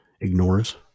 ignores